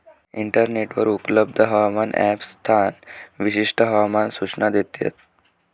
इंटरनेटवर उपलब्ध हवामान ॲप स्थान विशिष्ट हवामान सूचना देते